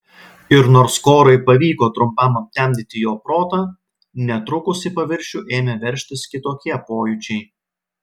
ir nors korai pavyko trumpam aptemdyti jo protą netrukus į paviršių ėmė veržtis kitokie pojūčiai